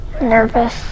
Nervous